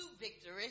victory